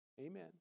Amen